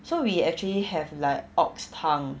so we actually have like ox tongue